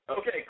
Okay